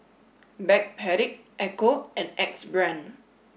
Backpedic Ecco and Axe Brand